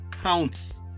counts